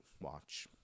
watch